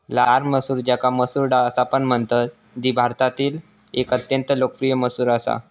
लाल मसूर ज्याका मसूर डाळ असापण म्हणतत ती भारतातील एक अत्यंत लोकप्रिय मसूर असा